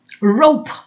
rope